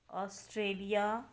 Australia